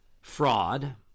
fraud